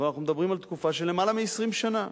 אבל אנחנו מדברים על תקופה של למעלה מ-20 שנה.